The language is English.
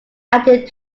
added